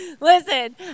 Listen